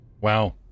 Wow